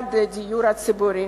לבניית הדיור הציבורי.